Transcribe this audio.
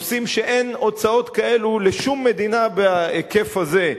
נושאים שאין עליהם הוצאות כאלו לשום מדינה בהיקף הזה,